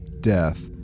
death